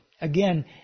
Again